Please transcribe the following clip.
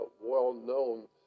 well-known